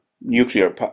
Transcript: nuclear